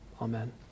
Amen